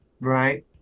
right